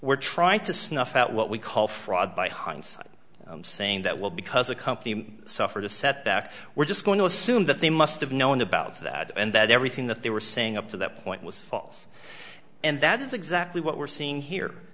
we're trying to snuff out what we call fraud by hindsight saying that well because a company suffered a setback we're just going to assume that they must have known about that and that everything that they were saying up to that point was false and that's exactly what we're seeing here